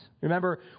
Remember